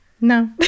No